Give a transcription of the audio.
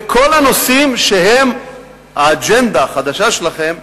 בכל הנושאים שהם האג'נדה החדשה שלכם,